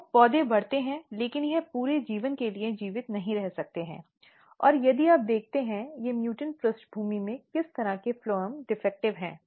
तो पौधे बढ़ते हैं लेकिन यह पूरे जीवन के लिए जीवित नहीं रह सकते हैं और यदि आप देखते हैं कि म्युटेंट पृष्ठभूमि में किस तरह के फ्लोएम डिफेक्टिव हैं